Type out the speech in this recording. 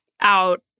out